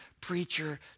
preacher